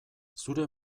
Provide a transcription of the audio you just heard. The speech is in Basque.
zure